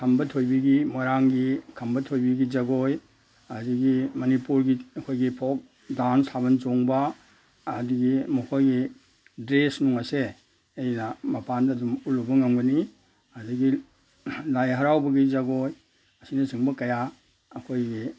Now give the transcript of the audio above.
ꯈꯝꯕ ꯊꯣꯏꯕꯤꯒꯤ ꯃꯣꯏꯔꯥꯡꯒꯤ ꯈꯝꯕ ꯊꯣꯏꯕꯤꯒꯤ ꯖꯒꯣꯏ ꯑꯗꯒꯤ ꯃꯅꯤꯄꯨꯔꯒꯤ ꯑꯩꯈꯣꯏꯒꯤ ꯐꯣꯜꯛ ꯗꯥꯟꯁ ꯊꯥꯕꯜ ꯆꯣꯡꯕ ꯑꯗꯒꯤ ꯃꯈꯣꯏꯒꯤ ꯗ꯭ꯔꯦꯁ ꯅꯨꯡ ꯑꯁꯦ ꯑꯩꯅ ꯃꯄꯥꯟꯗ ꯑꯗꯨꯝ ꯎꯠꯂꯨꯕ ꯉꯝꯒꯅꯤ ꯑꯗꯒꯤ ꯂꯥꯏ ꯍꯔꯥꯎꯕꯒꯤ ꯖꯒꯣꯏ ꯑꯁꯤꯅ ꯆꯤꯡꯕ ꯀꯌꯥ ꯑꯩꯈꯣꯏꯒꯤ